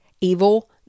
Evil